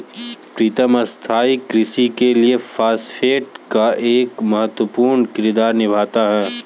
प्रीतम स्थाई कृषि के लिए फास्फेट एक महत्वपूर्ण किरदार निभाता है